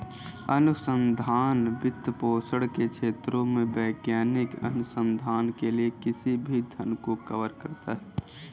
अनुसंधान वित्तपोषण के क्षेत्रों में वैज्ञानिक अनुसंधान के लिए किसी भी धन को कवर करता है